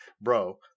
bro